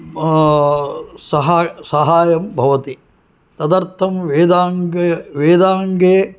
सहाय्यं भवति तदर्थं वेदाङ्गे